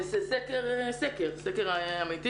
זה סקר אמיתי.